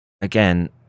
again